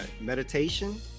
meditation